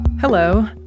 Hello